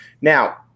Now